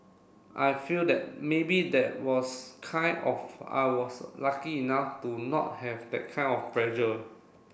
I feel that maybe that was kind of I was lucky enough to not have that kind of pressure